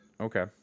Okay